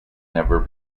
never